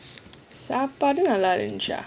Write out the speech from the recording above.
சாப்பாடு நல்ல இருந்திச்சா:saappadu nalla irunthichaa